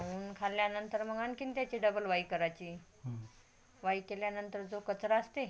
ऊन खाल्ल्यानंतर मग आणखीन त्याची डबल वाई करायची वाई केल्यानंतर जो कचरा असते